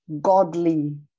godly